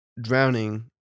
drowning